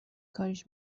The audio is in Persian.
کاریش